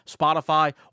Spotify